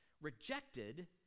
Rejected